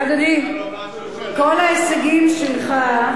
אדוני, כל ההישגים שלך,